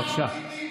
איש העקרונות הגדול.